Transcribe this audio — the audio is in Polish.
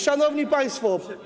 Szanowni Państwo!